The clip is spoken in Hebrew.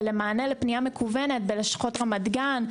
זמן למענה לפנייה מקוונת בלשכות רמת גן,